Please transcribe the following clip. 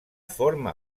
forma